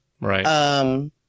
Right